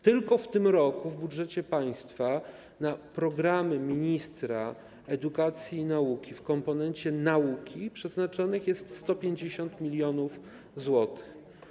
Tylko w tym roku w budżecie państwa na programy ministra edukacji i nauki w komponencie nauki przeznaczonych jest 150 mln zł.